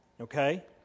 Okay